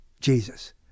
Jesus